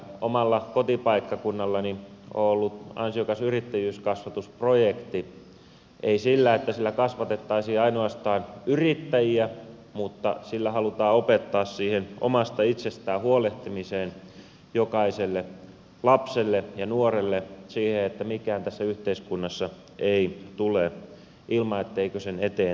omalla kotipaikkakunnallani on ollut ansiokas yrittäjyyskasvatusprojekti ei sillä että sillä kasvatettaisiin ainoastaan yrittäjiä mutta sillä halutaan opettaa jokaista lasta ja nuorta omasta itsestään huolehtimiseen siihen että mikään tässä yhteiskunnassa ei tule ilman etteikö sen eteen tekisi jotain